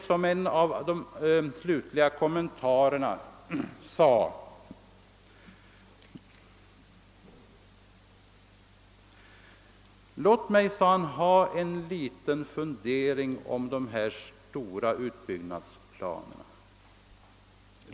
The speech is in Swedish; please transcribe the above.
— som en av de slutliga kommentarerna: Låt mig uttala en liten fundering om de här stora utbyggnadsplanerna.